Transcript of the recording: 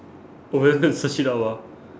oh then then search it up ah